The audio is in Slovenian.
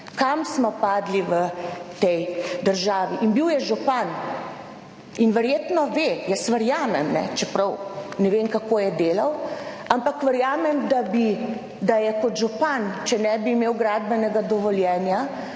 kam smo padli v tej državi in bil je župan in verjetno ve, jaz verjamem, ne, čeprav ne vem, kako je delal, ampak verjamem, da bi, da je kot župan, če ne bi imel gradbenega dovoljenja,